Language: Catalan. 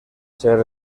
ser